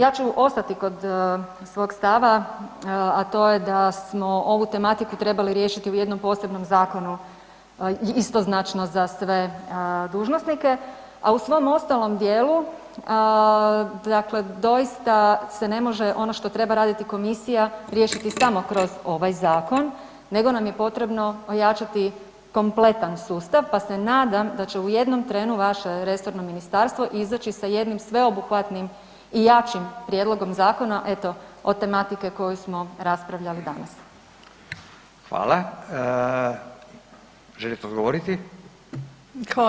Ja ću ostati kod svog stava, a to je da smo ovu tematiku trebali riješiti u jednom posebnom zakonu, istoznačno za sve dužnosnike, a u svom ostalom dijelu dakle doista se ne može ono što treba raditi komisija riješiti samo kroz ovaj zakon nego nam je potrebno jačati kompletan sustav, pa se nadam da će u jednom trenu vaše resorno ministarstvo izaći sa jednim sveobuhvatnim i jačim prijedlogom zakona, eto o tematike koju smo raspravljali danas.